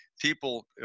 People